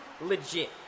legit